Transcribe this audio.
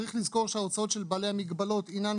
צריך לזכור שההוצאות של בעלי המגבלות הינן